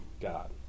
God